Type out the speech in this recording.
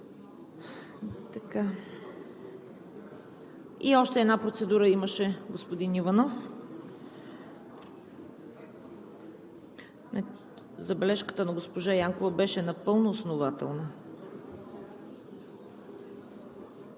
Още една процедура – господин Иванов. Забележката на госпожа Янкова беше напълно основателна.